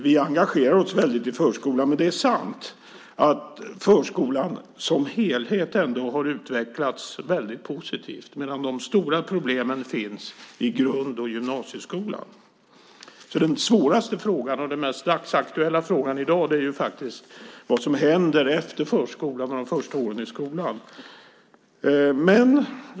Vi engagerar oss i förskolan, men det är sant att förskolan som helhet har utvecklats positivt medan de stora problemen finns i grund och gymnasieskolan. Den svåraste och den mest dagsaktuella frågan i dag är faktiskt vad som händer efter förskolan och de första åren i skolan.